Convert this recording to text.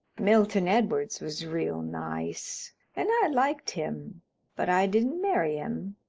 milton edwards was real nice and i liked him but i didn't marry him.